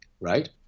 right